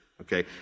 okay